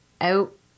out